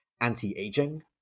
anti-aging